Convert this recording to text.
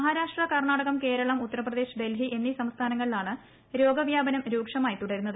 മഹാരാഷ്ട്ര കർണാടക കേരളം ഉത്തർപ്രദേശ് ഡൽഹി എന്നീ സംസ്ഥാനങ്ങളിലാണ് രോഗവ്യാപനം രൂക്ഷമായി തുടരുന്നത്